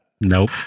Nope